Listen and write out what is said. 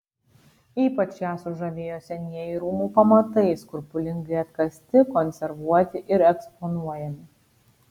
ypač ją sužavėjo senieji rūmų pamatai skrupulingai atkasti konservuoti ir eksponuojami